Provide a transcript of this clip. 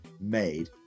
made